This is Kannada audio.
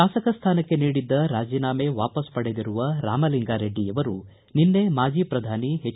ಶಾಸಕ ಸ್ಥಾನಕ್ಕೆ ನೀಡಿದ್ದ ರಾಜೀನಾಮೆ ವಾಪಸ್ ಪಡೆದಿರುವ ರಾಮಲಿಂಗಾರೆಡ್ಡಿಯವರು ನಿನ್ನೆ ಮಾಜಿ ಪ್ರಧಾನಿ ಎಚ್